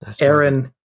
Aaron